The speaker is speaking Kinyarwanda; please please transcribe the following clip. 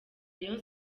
rayon